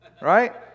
Right